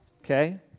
okay